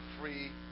free